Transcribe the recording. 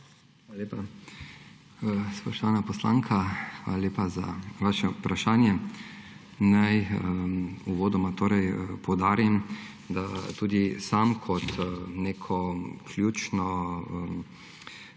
Hvala lepa. Spoštovana poslanka, hvala lepa za vaše vprašanje. Naj uvodoma poudarim, da tudi sam kot neko ključno